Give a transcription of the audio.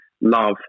love